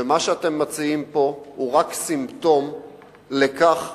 ומה שאתם מציעים פה הוא רק סימפטום לכך שאין לנו דרך.